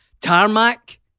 Tarmac